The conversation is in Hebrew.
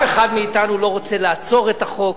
אף אחד מאתנו לא רוצה לעצור את החוק,